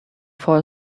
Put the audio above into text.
fall